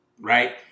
Right